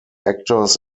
actors